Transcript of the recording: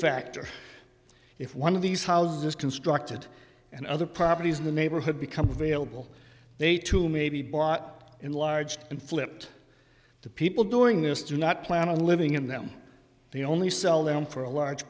factor if one of these houses constructed and other properties in the neighborhood become available they too may be bought enlarged and flipped to people doing this do not plan on living in them they only sell them for a large